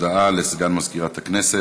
הודעה לסגן מזכירת הכנסת.